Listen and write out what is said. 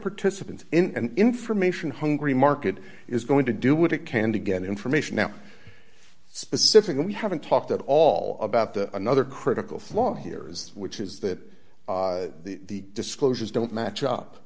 participants and information hungry market is going to do what it can to get information now specifically we haven't talked at all about the another critical flaw hears which is that the disclosures don't match up